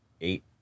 eight